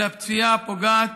אלא פציעה הפוגעת